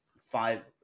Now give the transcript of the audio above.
five